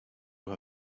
her